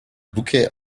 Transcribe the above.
bouquet